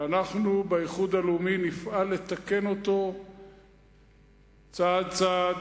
ואנחנו, באיחוד הלאומי, נפעל לתקן אותו צעד צעד,